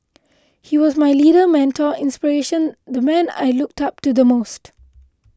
he was my leader mentor inspiration the man I looked up to the most